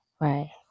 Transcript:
right